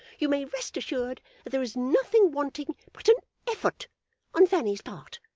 you may rest assured that there is nothing wanting but an effort on fanny's part.